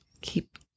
keep